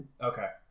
Okay